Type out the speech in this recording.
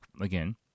again